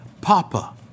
Papa